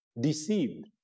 deceived